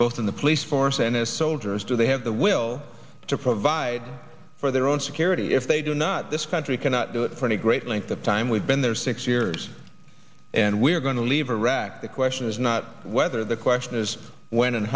both in the police force and as soldiers do they have the will to provide for their own security if they do not this country cannot do it for any great length of time we've been there six years and we're going to leave iraq the question is not whether the question is when and